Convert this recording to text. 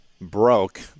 broke